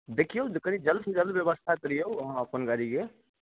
देखियौ कनी जल्द सँ जल्द व्यवस्था करियौ अहाँ अपन गाड़ीके